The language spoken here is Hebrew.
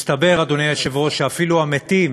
מסתבר, אדוני היושב-ראש, שאפילו המתים